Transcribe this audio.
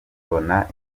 mbona